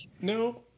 no